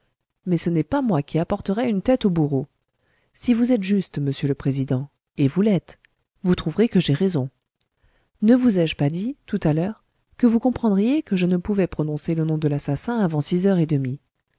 mais ce n'est pas moi qui apporterai une tête au bourreau si vous êtes juste monsieur le président et vous l'êtes vous trouverez que j'ai raison ne vous ai-je pas dit tout à l'heure que vous comprendriez que je ne pouvais prononcer le nom de l'assassin avant six heures et demie